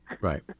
Right